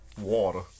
water